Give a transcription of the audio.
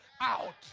out